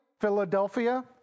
Philadelphia